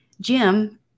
Jim